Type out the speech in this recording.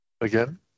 again